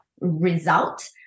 result